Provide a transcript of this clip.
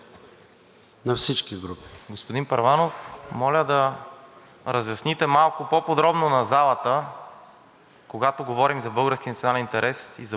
когато говорим за българския национален интерес и за българи, и за живота на българите, за българите в Украйна, с които Вие сте доста добре запознат, за разлика от голяма част от залата,